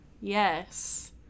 Yes